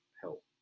help